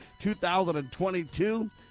2022